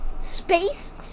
space